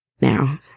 now